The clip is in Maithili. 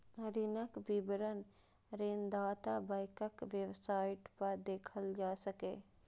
ऋणक विवरण ऋणदाता बैंकक वेबसाइट पर देखल जा सकैए